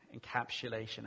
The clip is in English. encapsulation